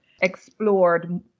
explored